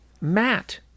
Matt